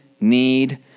need